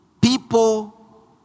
people